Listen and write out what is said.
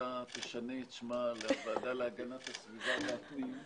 תשנה את שמה לוועדה להגנת הסביבה והפנים.